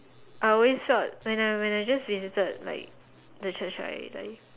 I always felt when I when I just visited like the Church right like